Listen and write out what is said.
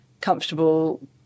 comfortable